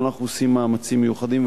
אבל אנחנו עושים מעשים מיוחדים,